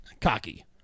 cocky